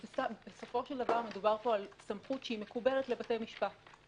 בסופו של דבר מדובר פה על סמכות שהיא מחוברת לבתי משפט.